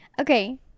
okay